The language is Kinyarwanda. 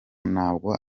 nabwo